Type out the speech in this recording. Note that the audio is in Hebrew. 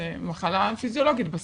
זה מחלה פיזיולוגית בסוף.